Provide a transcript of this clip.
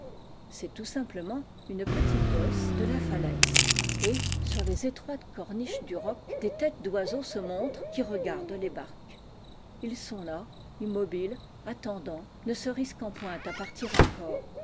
c'est tout simplement une petite bosse de la falaise et sur les étroites corniches du roc des têtes d'oiseaux se montrent qui regardent les barques ils sont là immobiles attendant ne se risquant point à partir encore